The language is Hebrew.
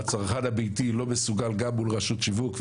הצרכן הביתי לא מסוגל גם מול רשות שיווק.